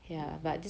mmhmm